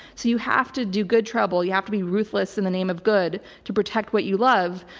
so you have to do good trouble you have to be ruthless in the name of good to protect what you love.